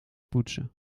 poetsen